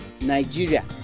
Nigeria